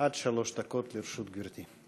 עד שלוש דקות לרשות גברתי.